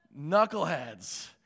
Knuckleheads